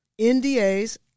NDAs